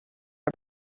are